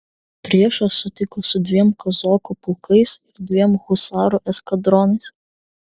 priešą sutiko su dviem kazokų pulkais ir dviem husarų eskadronais